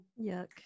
Yuck